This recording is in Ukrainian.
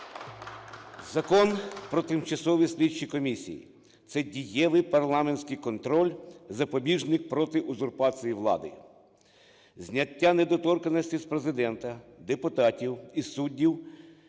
Закон про тимчасові слідчі комісії — це дієвий парламентський контроль, запобіжник проти узурпації влади. Зняття недоторканності з Президента, депутатів і суддів,